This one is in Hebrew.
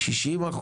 60%,